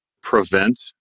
prevent